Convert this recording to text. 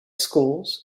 schools